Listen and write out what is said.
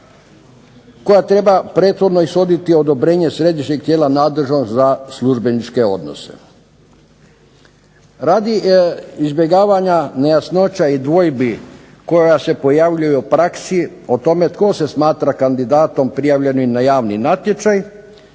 koja treba prethodno ishoditi odobrenje središnjeg tijela nadležnog za službeničke odnose. Radi izbjegavanja nejasnoća i dvojbi koja se pojavljuju u praksi o tome tko se smatra kandidatom prijavljenim na javni natječaj,